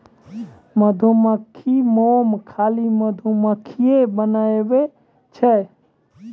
मधुमक्खी मोम खाली मधुमक्खिए बनाबै छै